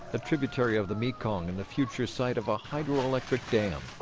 a tributary of the mekong and the future site of a hydroelectric dam.